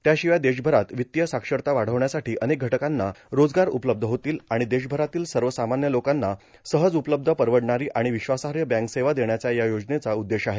त्याशिवाय देशभरात वित्तीय साक्षरता वाढवण्यासाठी अनेक घटकांना रोजगार उपलब्ध होतील आणि देशभरातील सर्वसामान्य लोकांना सहज उपलब्ध परवडणारी आणि विश्वासार्ह बँक सेवा देण्याचा या योजनेचा उद्देश आहे